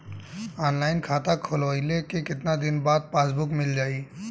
Online खाता खोलवईले के कितना दिन बाद पासबुक मील जाई?